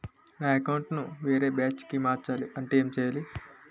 నా అకౌంట్ ను వేరే బ్రాంచ్ కి మార్చాలి అంటే ఎం చేయాలి?